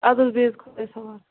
اَدٕ حظ بَہٮ۪و خُدایس حوالہٕ